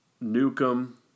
Newcomb